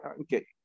Okay